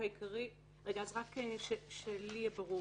רגע, רק כדי שיהיה לי ברור